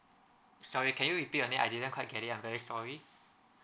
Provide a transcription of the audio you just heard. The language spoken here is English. sorry can you repeat your name I didn't quite get it I'm very sorry